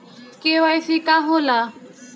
KYC का होला?